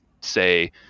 say